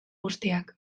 guztiak